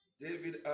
David